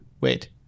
Wait